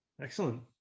Excellent